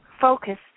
focus